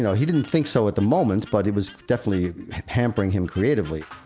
yeah he didn't think so at the moment, but it was definitely hampering him creatively.